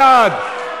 61 בעד,